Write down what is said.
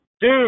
dude